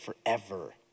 forever